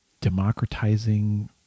democratizing